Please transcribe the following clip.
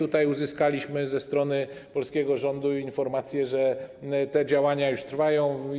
Uzyskaliśmy ze strony polskiego rządu informację, że te działania już trwają.